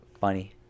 funny